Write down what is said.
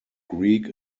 greek